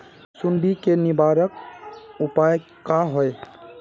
सुंडी के निवारक उपाय का होए?